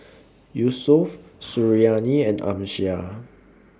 Yusuf Suriani and Amsyar